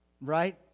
right